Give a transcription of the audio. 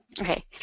Okay